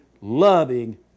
loving